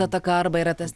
ataka arba yra tas